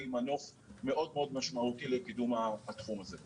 מנוף משמעותי מאוד לקידום התחום הזה.